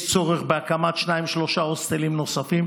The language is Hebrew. יש צורך בהקמת שניים-שלושה הוסטלים נוספים,